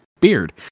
Beard